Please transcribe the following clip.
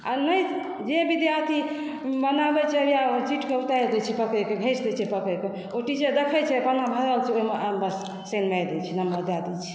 आर नहि जे विद्यार्थी बनाबै छै या चीटके उतारि दै छै पकड़िक घसि दै छै पकड़िक ओ टीचर देख़ै छै पन्ना भरल छै ओहिमे बस साइन मारि दै छै नम्बर दए दै छै